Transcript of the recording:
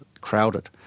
crowded